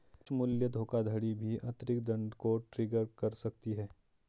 उच्च मूल्य धोखाधड़ी भी अतिरिक्त दंड को ट्रिगर कर सकती है